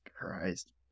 Christ